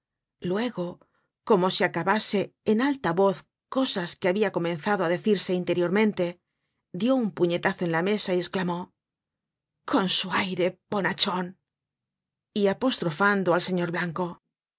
luego como si acabase en alta voz cosas que habia comenzado á decirse interiormente dió un puñetazo en la mesa y esclamó con su aire bonachon content from google book search generated at y apostrofando al señor blanco